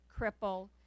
cripple